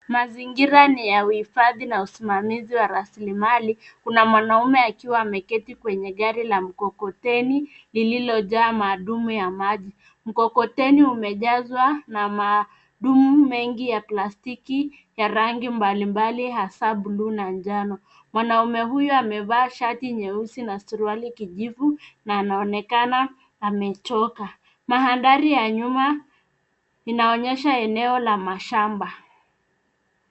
Mazingira ni ya uhifadhi na usimamizi wa rasilimali. Kuna mwanaume akiwa ameketi kwenye gari la mkokoteni, lililojaa maadumu ya maji. Mkokoteni umejazwa na maadumu mengi ya plastiki ya rangi mbalimbali hasa bluu na njano. Mwanaume huyu amevaa shati nyeusi na suruali kijivu na anaonekana amechoka. Mandhari ya nyuma inaonyesha eneo la mashamba.